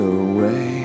away